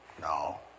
No